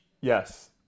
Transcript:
Yes